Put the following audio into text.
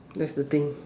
that's the thing